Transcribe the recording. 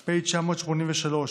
פ/983/23,